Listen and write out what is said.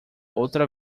outra